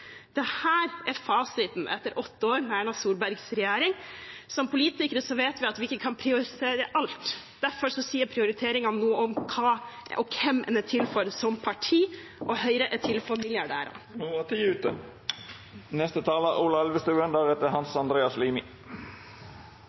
er fasiten etter åtte år med Erna Solbergs regjering. Som politikere vet vi at vi ikke kan prioritere alt. Derfor sier prioriteringene noe om hva og hvem en som parti er til for. Høyre er til for milliardærene. Det regjeringen prioriterer, er de største problemene vi står overfor. Og hva er de største problemene der vi er